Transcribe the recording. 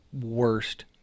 worst